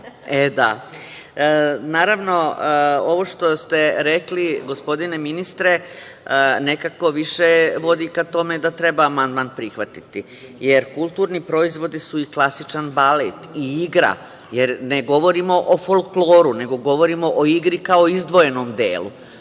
operi. Naravno, ovo što ste rekli, gospodine ministre, nekako više vodi ka tome da treba amandman prihvatiti, jer kulturni proizvodi su i klasičan balet i igra, jer ne govorimo o folkloru, nego govorimo o igri kao izdvojenom delu. Tako